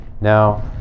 Now